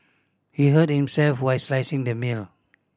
he hurt himself while slicing the meal